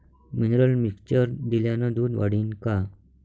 Mineral mixture दिल्यानं दूध वाढीनं का?